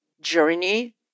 journey